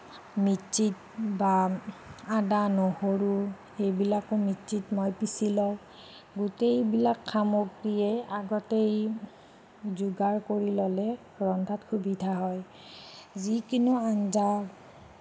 মিক্সিত বা আদা নহৰু সেইবিলাকো মিক্সিত মই পিচি লওঁ গোটেইবিলাক সামগ্ৰীয়েই আগতেই যোগাৰ কৰি ল'লে ৰন্ধাত সুবিধা হয় যিকোনো আঞ্জা